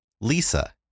Lisa